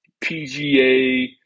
PGA